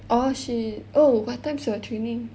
oh shit oh what time is your training